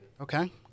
Okay